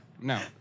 No